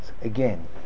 Again